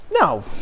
no